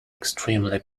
extremely